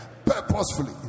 purposefully